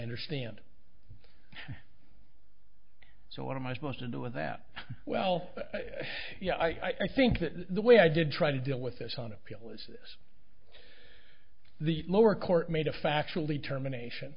understand so what am i supposed to do with that well yeah i think that the way i did try to deal with this on appeal is the lower court made a factually termination